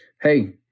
hey